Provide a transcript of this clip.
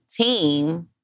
team